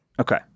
Okay